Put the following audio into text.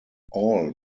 all